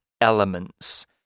elements